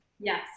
Yes